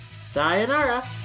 sayonara